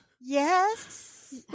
yes